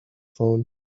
phone